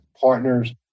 partners